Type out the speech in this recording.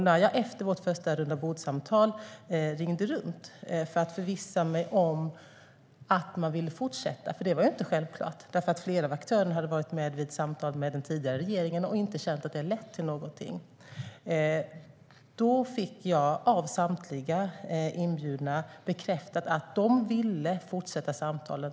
När jag efter vårt första rundabordssamtal ringde runt för att förvissa mig om att de ville fortsätta - det var inte självklart; flera aktörer hade varit med i samtal med den tidigare regeringen och inte känt att de ledde till något - fick jag av samtliga inbjudna bekräftat att de ville fortsätta samtalet.